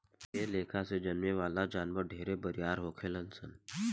एह लेखा से जन्में वाला जानवर ढेरे बरियार होखेलन सन